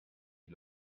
die